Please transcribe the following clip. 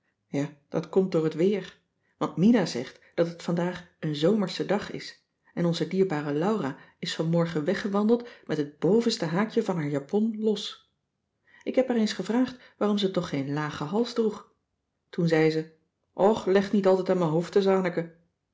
ja dat komt door het weer want mina zegt dat het vandaag een zomersche dag is en onze dierbare laura is vanmorgen weggewandeld met het bovenste haakje van haar japon los ik heb haar eens gevraagd waarom ze toch geen lage hals droeg toen zei ze och leg niet altijd aan m'n hoofd